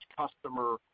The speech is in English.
customer